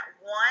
one